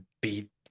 beat